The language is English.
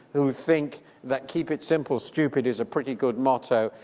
who think that keep it simple stupid is a pretty good motto,